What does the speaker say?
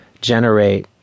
generate